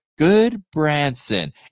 Goodbranson